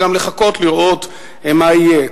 וגם לחכות לראות מה יהיה.